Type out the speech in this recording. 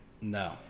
No